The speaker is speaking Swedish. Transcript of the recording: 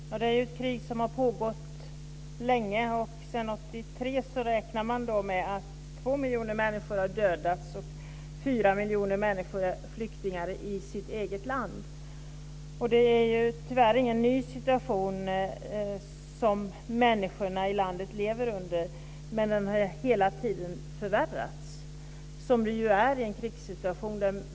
Fru talman! Det är ju ett krig som har pågått länge. Man räknar med att två miljoner människor har dödats sedan 1983 och att fyra miljoner människor är flyktingar i sitt eget land. Det är tyvärr ingen ny situation som människorna i landet lever under. Men den har hela tiden förvärrats, som den ju gör i en krigssituation.